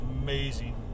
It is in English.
amazing